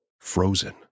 frozen